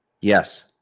Yes